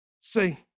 See